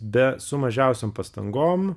be su mažiausiom pastangom